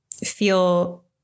feel